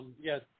Yes